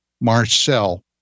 Marcel